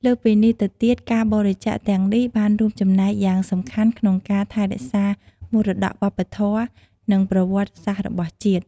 លើសពីនេះទៅទៀត ការបរិច្ចាគទាំងនេះបានរួមចំណែកយ៉ាងសំខាន់ក្នុងការ ថែរក្សាមរតកវប្បធម៌ និងប្រវត្តិសាស្ត្រ របស់ជាតិ។